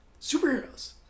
superheroes